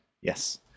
Yes